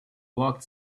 walked